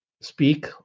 speak